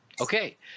Okay